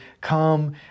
come